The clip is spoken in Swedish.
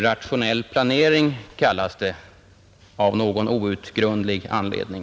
Rationell Planering kallas det av någon outgrundlig anledning.